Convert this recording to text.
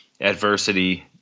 adversity